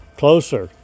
closer